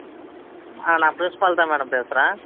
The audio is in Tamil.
ஆ நான் பிரின்ஸ்பால் தான் மேடம் பேசுகிறேன்